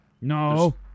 No